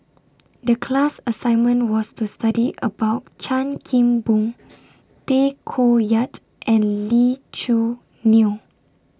The class assignment was to study about Chan Kim Boon Tay Koh Yat and Lee Choo Neo